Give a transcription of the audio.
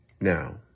now